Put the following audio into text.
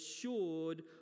assured